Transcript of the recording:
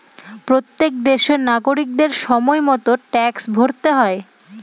প্রত্যেক দেশের নাগরিকদের সময় মতো ট্যাক্স ভরতে হয়